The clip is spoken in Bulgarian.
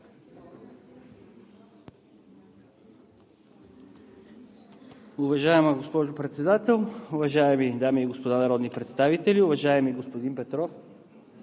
Уважаема госпожо Председател, уважаеми дами и господа народни представители! Уважаеми господин Петров,